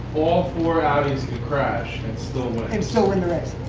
all four audis could crash so um so and race.